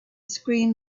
screen